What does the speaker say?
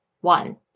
One